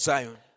Zion